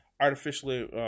artificially